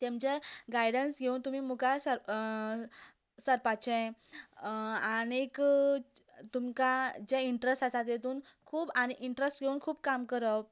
तेमचे गायडन्स घेवन तुमी मुखार सरप सरपाचे आनीक तुमकां जे इंट्रस्ट आसा तेतूंत खूब आनीक इंस्ट्रस्ट घेवन खूब काम करप